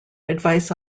advice